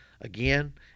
Again